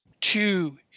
two